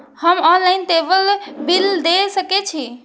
हम online table bill दे सके छी?